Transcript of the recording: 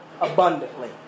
abundantly